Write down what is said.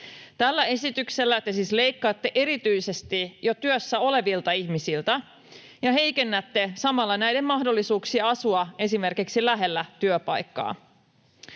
Tällä esityksellä te siis leikkaatte erityisesti jo työssä olevilta ihmisiltä ja heikennätte samalla näiden mahdollisuuksia asua esimerkiksi lähellä työpaikkaa.